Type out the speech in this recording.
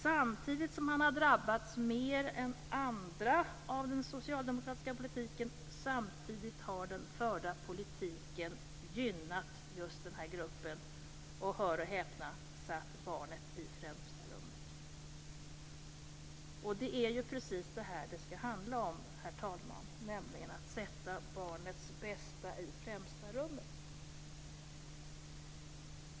Samtidigt som den här gruppen har drabbats mer än andra av den socialdemokratiska politiken har den förda politiken gynnat just den här gruppen och, hör och häpna, satt barnet i främsta rummet. Det är precis det här det skall handla om, herr talman, nämligen att sätta barnets bästa i främsta rummet.